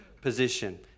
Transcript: position